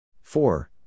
Four